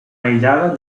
aïllada